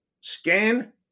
scan